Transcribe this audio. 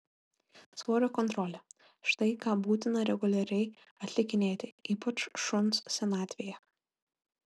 svorio kontrolė štai ką būtina reguliariai atlikinėti ypač šuns senatvėje